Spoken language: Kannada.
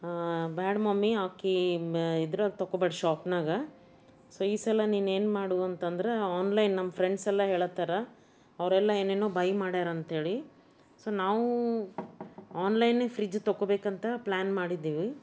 ಬೇಡ ಮಮ್ಮಿ ಆಕೆ ಇದ್ರಾಗ ತಗೊಳ್ಬೇಡ ಶಾಪ್ನಾಗ ಸೊ ಈ ಸಲ ನೀನು ಏನು ಮಾಡು ಅಂತಂದ್ರೆ ಆನ್ಲೈನ್ ನಮ್ಮ ಫ್ರೆಂಡ್ಸೆಲ್ಲ ಹೇಳಾತ್ತಾರ ಅವ್ರೆಲ್ಲ ಏನೇನೋ ಬೈ ಮಾಡ್ಯಾರಂಥೇಳಿ ಸೊ ನಾವೂ ಆನ್ಲೈನೇ ಫ್ರಿಜ್ ತಗೊಳ್ಬೇಕಂತ ಪ್ಲ್ಯಾನ್ ಮಾಡಿದ್ದೀವಿ